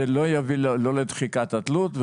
זה לא יביא לא לדחיקת התלות,